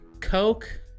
Coke